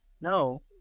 no